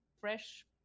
fresh